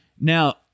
Now